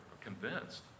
convinced